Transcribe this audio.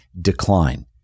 decline